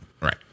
Right